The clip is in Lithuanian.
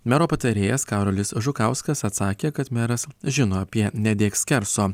mero patarėjas karolis žukauskas atsakė kad meras žino apie nedėk skerso